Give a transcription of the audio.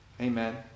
Amen